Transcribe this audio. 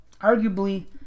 Arguably